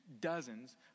dozens